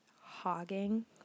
hogging